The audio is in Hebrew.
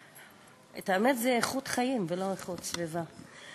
את האמת, זה איכות חיים ולא איכות סביבה.